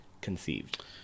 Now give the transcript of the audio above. conceived